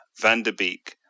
Vanderbeek